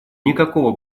никакого